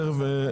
תכף.